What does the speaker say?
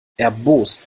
erbost